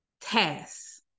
tasks